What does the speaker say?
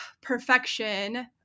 perfection